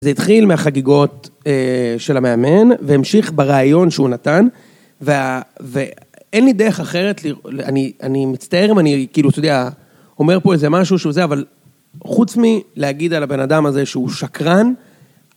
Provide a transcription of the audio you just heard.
זה התחיל מהחגיגות של המאמן, והמשיך ברעיון שהוא נתן, ואין לי דרך אחרת, אני מצטער אם אני כאילו, אתה יודע, אומר פה איזה משהו שהוא זה, אבל חוץ מלהגיד על הבן אדם הזה שהוא שקרן,